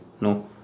No